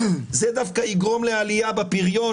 זה דווקא יגרום לעלייה בפריון,